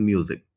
Music